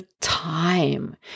time